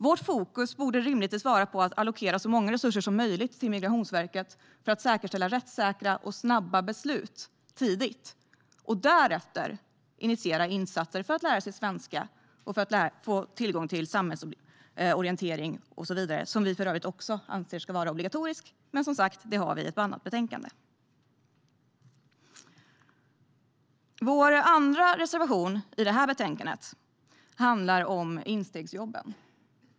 Vårt fokus borde rimligtvis vara på att allokera så stora resurser som möjligt till Migrationsverket för att säkerställa rättssäkra och snabba beslut tidigt och därefter initiera insatser för att lära ut svenska och ge tillgång till samhällsorientering och så vidare, något som vi för övrigt anser ska vara obligatoriskt, men det har vi som sagt i ett annat betänkande. Vår andra reservation i detta betänkande handlar om instegsjobben.